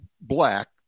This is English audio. black